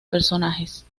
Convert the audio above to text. personajes